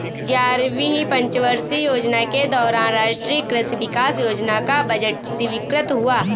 ग्यारहवीं पंचवर्षीय योजना के दौरान राष्ट्रीय कृषि विकास योजना का बजट स्वीकृत हुआ